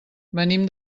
venim